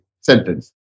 sentence